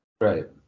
Right